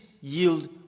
yield